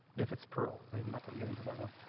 if it's pearl. we're not going to get into that one.